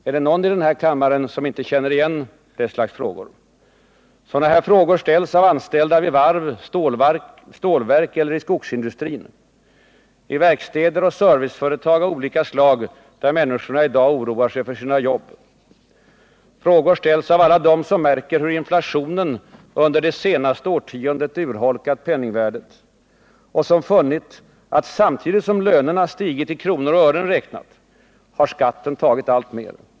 Är det någon i denna kammare som inte känner igen detta slags frågor? Sådana frågor ställs av anställda vid varv, stålverk eller i skogsindustrin, i verkstäder och serviceföretag av olika slag, där människorna i dag oroar sig för sina jobb. De ställs av alla dem som märker hur inflationen under det senaste årtiondet urholkat penningvärdet och som funnit, att samtidigt som lönerna stigit i kronor och ören räknat har skatten tagit alltmer.